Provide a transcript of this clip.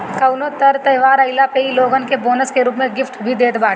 कवनो तर त्यौहार आईला पे इ लोगन के बोनस के रूप में गिफ्ट भी देत बाटे